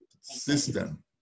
system